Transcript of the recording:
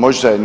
Možda je